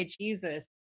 Jesus